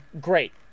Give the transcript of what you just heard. great